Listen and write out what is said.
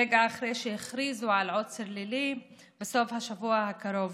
רגע אחרי שהכריזו על עוצר לילי בסוף השבוע הקרוב.